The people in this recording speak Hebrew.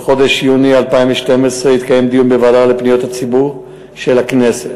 בחודש יוני 2012 התקיים דיון בוועדה לפניות הציבור של הכנסת,